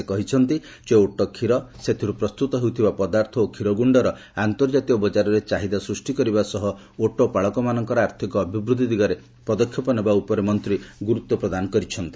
ସେ କହିଛନ୍ତି ଯେ ଓଟ କ୍ଷୀର ଏଥିରୁ ପ୍ରସ୍ତୁତ ହେଉଥିବା ପଦାର୍ଥ ଓ କ୍ଷୀରଗୁଣ୍ଡର ଅନ୍ତର୍ଜାତୀୟ ବଜାରରେ ଚାହିଦା ସୃଷ୍ଟି କରିବା ସହ ଓଟ ପାଳକମାନଙ୍କର ଆର୍ଥିକ ଅଭିବୃଦ୍ଧି ଦିଗରେ ପଦକ୍ଷେପ ନେବା ଉପରେ ମନ୍ତ୍ରୀ ଗୁରୁତ୍ୱ ପ୍ରଦାନ କରିଛନ୍ତି